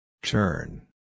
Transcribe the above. Turn